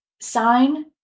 sign